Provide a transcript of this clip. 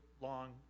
long